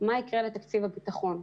מה יקרה לתקציב הביטחון,